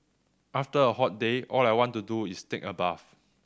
after a hot day all I want to do is take a bath